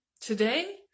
today